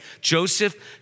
Joseph